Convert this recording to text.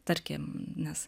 tarkim nes